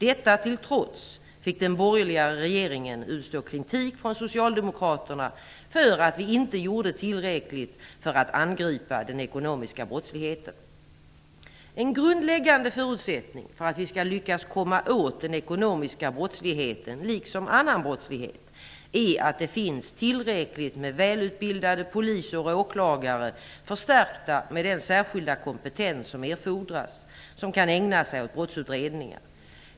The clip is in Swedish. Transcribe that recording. Detta till trots fick den borgerliga regeringen utstå kritik från Socialdemokraterna för att vi inte gjorde tillräckligt för att angripa den ekonomiska brottsligheten. En grundläggande förutsättning för att vi skall lyckas att komma åt den ekonomiska brottsligheten, liksom all annan brottslighet, är att det finns tillräckligt med välutbildade poliser och åklagare - förstärkta med den särskilda kompetens som erfordras - som kan ägna sig åt brottsutredningar.